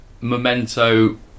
Memento